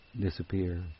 disappear